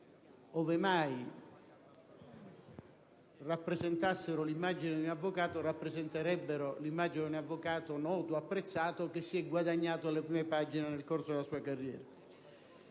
ove mai rappresentassero l'immagine di un avvocato, rappresenterebbero l'immagine di un avvocato noto e apprezzato che, appunto, si è guadagnato le prime pagine nel corso della sua carriera),